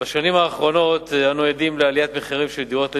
בשנים האחרונות אנו עדים לעליית מחירים של דירות למגורים,